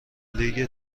لیگ